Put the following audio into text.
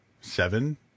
seven